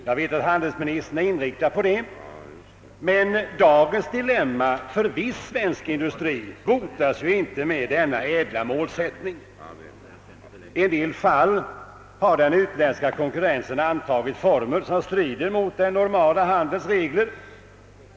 Jag vet att handelsministern är inriktad härpå, men dagens dilemma för viss svensk industri botas inte med denna ädla målsättning. I en del fall har den utländska konkurrensen antagit former som strider mot den normala handelns regler.